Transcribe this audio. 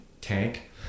tank